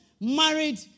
married